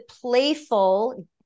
playful